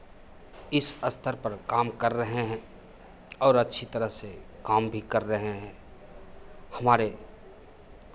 इस स्तर पर काम कर रहे हैं और अच्छी तरह से काम भी कर रहे हैं हमारे